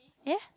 eh